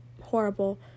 horrible